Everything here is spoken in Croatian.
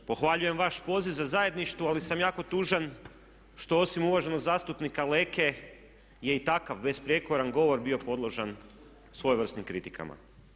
Pohvaljujem vaš poziv za zajedništvo ali sam jako tužan što osim uvaženog zastupnika Leke je i takav besprijekoran govor bio podložan svojevrsnim kritikama.